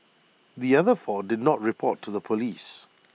the other four did not report to Police